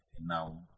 now